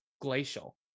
glacial